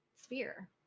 sphere